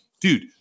dude